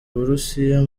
uburusiya